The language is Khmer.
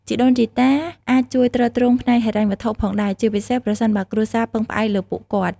ជីដូនជីតាអាចជួយទ្រទ្រង់ផ្នែកហិរញ្ញវត្ថុផងដែរ ជាពិសេសប្រសិនបើគ្រួសារពឹងផ្អែកលើពួកគាត់។